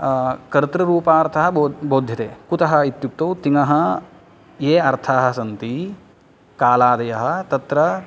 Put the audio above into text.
कर्तृरूपार्थः बोध्यते कुतः इत्युक्तौ तिङः ये अर्थाः सन्ति कालादयः तत्र